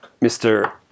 Mr